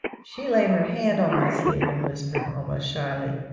she laid her hand on my sleeve and whispered, almost shyly,